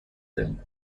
them